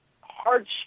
hardship